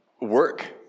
work